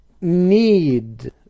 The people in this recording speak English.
need